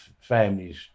families